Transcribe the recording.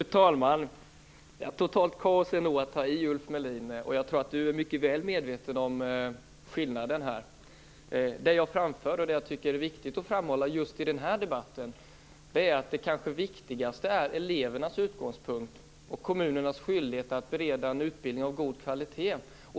Fru talman! Totalt kaos är nog att ta i, Ulf Melin. Jag tror att Ulf Melin är ganska väl medveten om skillnaden. Det som jag framförde och som jag tycker är viktigt att framhålla just i den här debatten är att det kanske viktigaste är elevernas utgångspunkt och kommunernas skyldighet att bereda en utbildning av god kvalitet.